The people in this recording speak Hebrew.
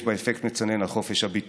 יש בה אפקט מצנן על חופש הביטוי.